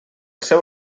seu